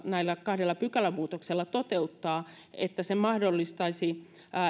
näillä kahdella pykälämuutoksella halutaan toteuttaa että ne mahdollistaisivat